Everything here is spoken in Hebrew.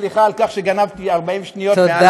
סליחה על כך שגנבתי 40 שניות מעל המוקצב.